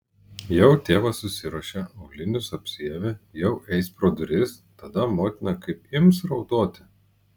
jau tėvas susiruošė aulinius apsiavė jau eis pro duris tada motina kaip ims raudoti